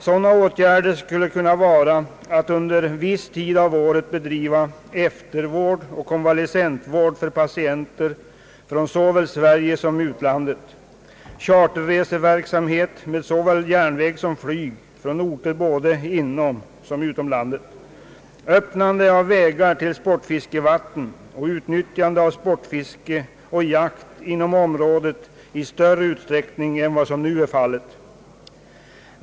Dylika åtgärder skulle kunna vara att under viss tid av året bedriva eftervård och konvalescentvård för patienter från såväl Sverige som utlandet, charterverksamhet med såväl järnväg som flyg från orter både inom och utom landet, öppnande av vägar till sportfiskevatten och utnyttjande av sportfiske och jakt inom området i större utsträckning än vad som nu är fallet.